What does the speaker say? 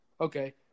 Okay